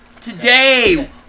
today